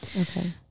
okay